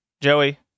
Joey